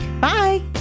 bye